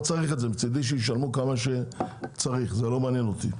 אם זה לא יורד אז מצדי שישלמו כמה שצריך וזה לא מעניין אותי.